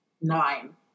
nine